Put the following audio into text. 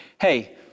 Hey